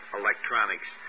electronics